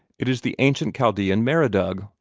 it is the ancient chaldean meridug,